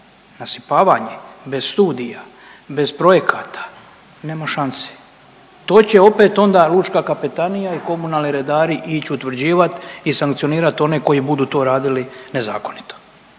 Nasipavanje bez studija, bez projekata nema šanse to će onda opet lučka kapetanija i komunalni redari ić utvrđivat i sankcionirat one koji budu to radili nezakonito.